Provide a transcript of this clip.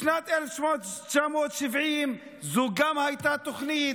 גם בשנת 1970 זו הייתה התוכנית.